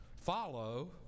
follow